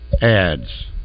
ads